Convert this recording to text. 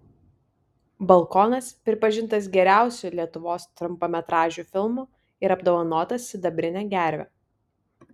balkonas pripažintas geriausiu lietuvos trumpametražiu filmu ir apdovanotas sidabrine gerve